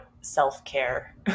self-care